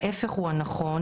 ההפך הוא הנכון,